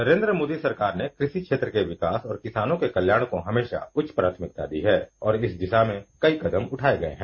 नरेन्द्र मोदी सरकार ने कृषि क्षेत्र के विकास और किसानों के कल्याण को हमेशा उच्च प्राथमिकता दी है और इस दिशा में कई कदम उठाए गए हैं